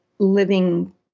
Living